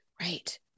Right